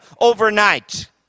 overnight